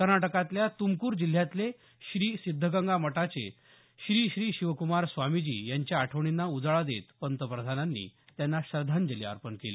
कर्नाटकातल्या तुमकुर जिल्ह्यातले श्री सिद्धगंगा मठाचे श्री श्री शिव्कुमार स्वामीजी यांच्या आठवणींना उजाळा देत पंतप्रधानांनी त्यांना श्रद्धांजली अर्पण केली